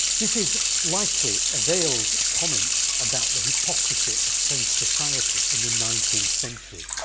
this is likely a veiled comment about the hypocrisy of french society in the nineteenth century.